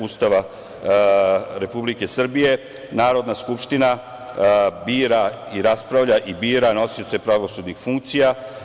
Ustava Republike Srbije Narodna skupština raspravlja i bira nosioce pravosudnih funkcija.